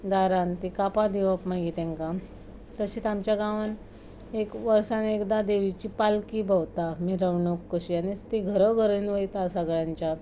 दारान तीं कापां दिवप मागीर तेंकां तशेंत आमच्या गांवांन एक वर्सान एकदा देवीची पालकी भोंवता मिरवणूक कशी आनी ती घरोघरीन वयता सगल्यांच्या